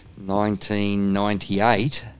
1998